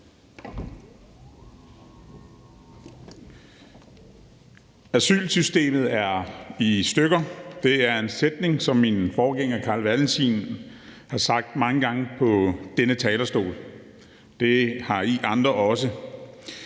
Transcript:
Asylsystemet er i stykker. Det er en sætning, som min forgænger, Carl Valentin, har sagt mange gange fra denne talerstol, og det har I andre også,